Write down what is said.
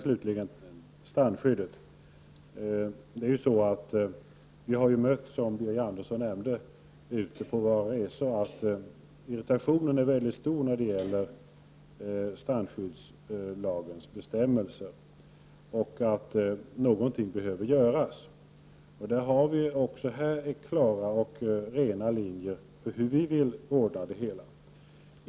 Vi har, som Birger Andersson sade, ute på våra resor mött en stor irritation när det gäller strandskyddslagens bestämmelser. Någonting behöver göras. Vi har också här klara och rena linjer för hur vi vill ordna det hela.